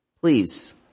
please